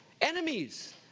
Enemies